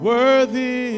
Worthy